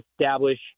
establish